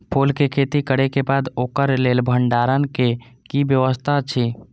फूल के खेती करे के बाद ओकरा लेल भण्डार क कि व्यवस्था अछि?